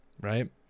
right